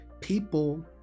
people